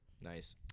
Nice